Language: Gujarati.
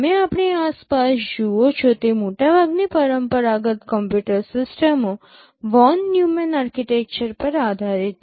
તમે આપણી આસપાસ જુઓ છો તે મોટાભાગની પરંપરાગત કમ્પ્યુટર સિસ્ટમો વોન ન્યુમેન આર્કિટેક્ચર પર આધારિત છે